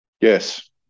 Yes